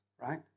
right